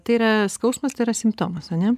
tai yra skausmas tai yra simptomas ane